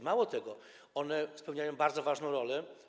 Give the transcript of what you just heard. Mało tego, one spełniają bardzo ważną rolę.